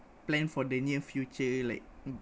plan for the near future like